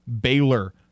Baylor